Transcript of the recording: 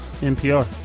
NPR